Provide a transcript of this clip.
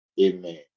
Amen